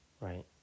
right